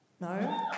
No